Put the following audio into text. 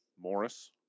Morris